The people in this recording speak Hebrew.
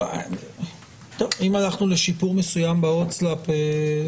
אם הלכנו לשיפור מסוים בהוצאה לפועל,